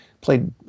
played